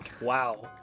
Wow